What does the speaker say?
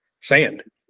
sand